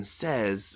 says